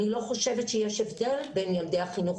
אני לא חושבת שיש הבדל בין ילדי החינוך